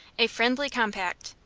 a friendly compact.